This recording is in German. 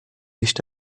nicht